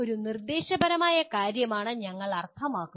ഒരു നിർദ്ദേശപരമായ കാര്യമാണ് ഞങ്ങൾ അർത്ഥമാക്കുന്നത്